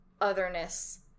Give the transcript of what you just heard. otherness